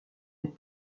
les